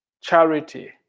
charity